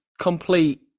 complete